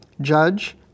judge